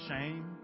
shame